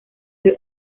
fue